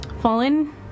Fallen